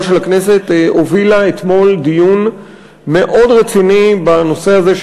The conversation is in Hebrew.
של הכנסת הובילה אתמול דיון מאוד רציני בנושא הזה,